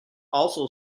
also